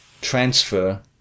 transfer